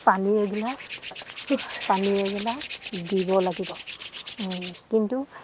পানীৰ এগিলাচ পানী এগিলাচ দিব লাগিব কিন্তু